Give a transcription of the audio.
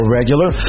regular